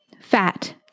fat